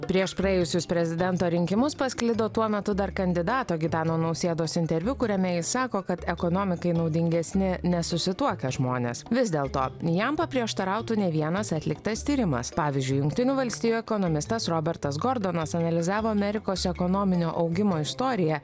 prieš praėjusius prezidento rinkimus pasklido tuo metu dar kandidato gitano nausėdos interviu kuriame jis sako kad ekonomikai naudingesni nesusituokę žmonės vis dėlto jam paprieštarautų ne vienas atliktas tyrimas pavyzdžiui jungtinių valstijų ekonomistas robertas gordonas analizavo amerikos ekonominio augimo istoriją